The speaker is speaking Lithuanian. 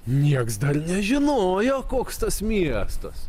nieks dar nežinojo koks tas miestas